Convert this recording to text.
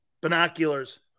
binoculars